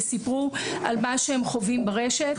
וסיפרו על מה שהם חווים ברשת,